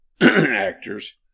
actors